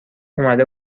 اومده